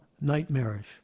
nightmarish